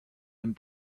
and